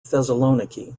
thessaloniki